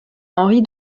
henri